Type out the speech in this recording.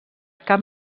cap